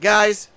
Guys